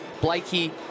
Blakey